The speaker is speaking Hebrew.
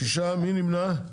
מי נמנע?